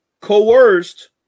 coerced